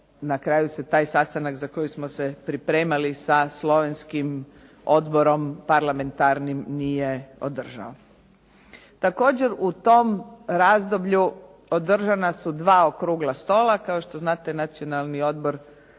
na kraju se taj sastanak za koji smo se pripremali sa slovenskim parlamentarnim odborom nije održao. Također u tom razdoblju održana su dva okrugla stola. Kao što znate Nacionalni odbor